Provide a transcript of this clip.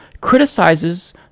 criticizes